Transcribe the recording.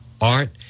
art